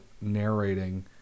narrating